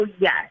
yes